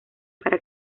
para